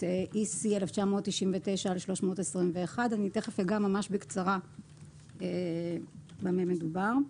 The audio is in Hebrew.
EC 1999/321. אני תכף אגע בקצרה במה מדובר.